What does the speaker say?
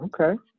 okay